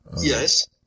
Yes